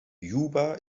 juba